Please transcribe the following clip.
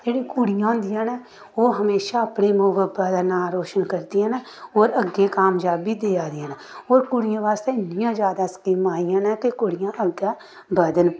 जेह्ड़ियां कुड़ियां होंदियां न ओह् हमेशा अपने माऊ बब्बै दा नांऽ रोशन करदियां न होर अग्गें कामजाबी देआ दियां न होर कुड़ियें बास्तै इन्नियां जैदा स्कीमां आइयां न के कुड़ियां अग्गें बधन